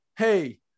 hey